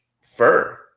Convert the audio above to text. fur